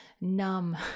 numb